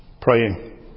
praying